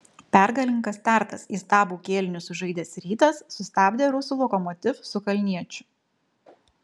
pergalingas startas įstabų kėlinį sužaidęs rytas sustabdė rusų lokomotiv su kalniečiu